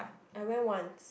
I went once